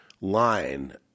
line